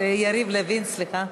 יריב לוין, סליחה.